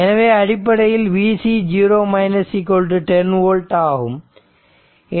எனவே அடிப்படையில் Vc 10 volt ஆகும்